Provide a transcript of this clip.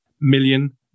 million